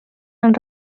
han